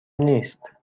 نیست